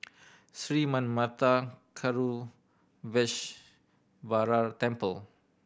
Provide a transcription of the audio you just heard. Sri Manmatha Karuneshvarar Temple